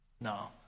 No